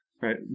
right